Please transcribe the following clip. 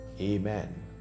Amen